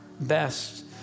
best